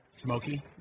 Smoky